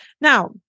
Now